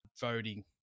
voting